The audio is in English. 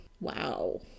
Wow